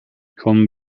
kommen